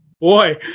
Boy